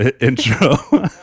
intro